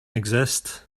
exist